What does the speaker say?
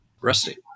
Rusty